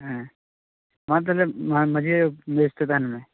ᱦᱮᱸ ᱢᱟ ᱛᱟᱦᱚᱞᱮ ᱢᱟᱺᱡᱷᱤ ᱟᱭᱳ ᱵᱮᱥᱛᱮ ᱛᱟᱦᱮᱱᱢᱮ